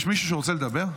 יש מישהו שרוצה לדבר?